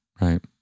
Right